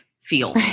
feel